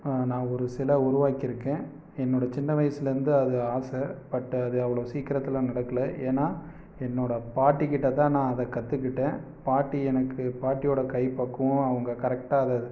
நான் ஒரு சில உருவாக்கியிருக்கேன் என்னோடய சின்ன வயசுலேருந்து அது ஆசை பட் அது அவ்வளோ சீக்கிரத்தில் நடக்கலை ஏன்னால் என்னோடய பாட்டிக்கிட்டே தான் நான் அதை கற்றுக்கிட்டேன் பாட்டி எனக்கு பாட்டியோடய கைப் பக்குவோம் அவங்க கரெக்டாக அதை